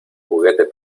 juguete